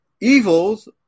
evils